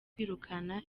kwirukana